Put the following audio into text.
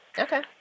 okay